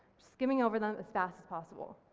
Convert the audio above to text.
skimming over them as fast as possible.